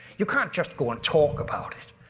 you can't just go and talk about it.